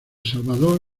salvador